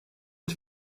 mit